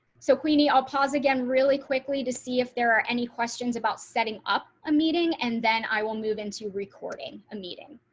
so queenie i'll pause again really quickly to see if there are any questions about setting up a meeting and then i will move into recording a meeting.